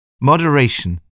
Moderation